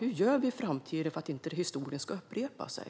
Hur gör vi i framtiden för att inte historien ska upprepa sig?